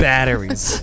Batteries